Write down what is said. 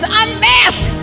unmask